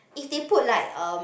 if they put like um